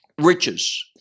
riches